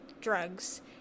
drugs